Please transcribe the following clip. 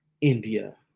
India